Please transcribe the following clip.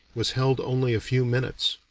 was held only a few minutes.